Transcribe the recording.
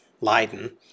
Leiden